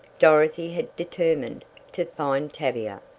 dorothy had determined to find tavia,